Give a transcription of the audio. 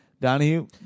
Donahue